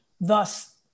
thus